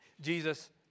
Jesus